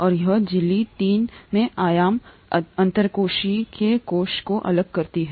और यह झिल्ली तीन में आयाम अंतरकोशिकीय कोश को अलग करता है